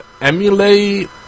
emulate